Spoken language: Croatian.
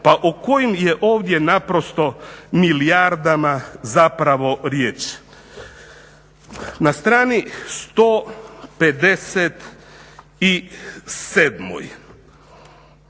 pa o kojim je ovdje naprosto milijardama zapravo riječ? Na strani 157.,